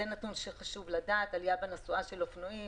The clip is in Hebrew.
יש עלייה בנסועה של אופנועים,